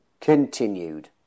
Continued